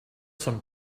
some